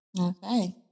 Okay